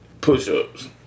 push-ups